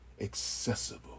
accessible